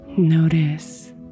Notice